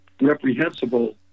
reprehensible